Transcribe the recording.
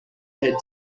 head